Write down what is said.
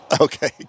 Okay